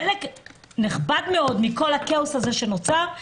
חלק נכבד מאוד מכל הכאוס שנוצר הוא